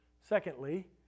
Secondly